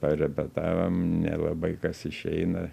parepetavom nelabai kas išeina